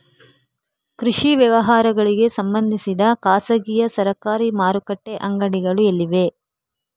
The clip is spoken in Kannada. ಕೃಷಿ ವ್ಯವಹಾರಗಳಿಗೆ ಸಂಬಂಧಿಸಿದ ಖಾಸಗಿಯಾ ಸರಕಾರಿ ಮಾರುಕಟ್ಟೆ ಅಂಗಡಿಗಳು ಎಲ್ಲಿವೆ?